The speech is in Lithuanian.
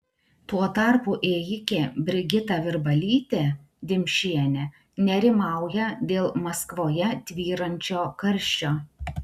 tuo tarpu ėjikė brigita virbalytė dimšienė nerimauja dėl maskvoje tvyrančio karščio